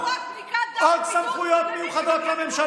והשאירו רק בדיקת דם, עוד סמכויות מיוחדות לממשלה?